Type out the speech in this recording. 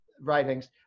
writings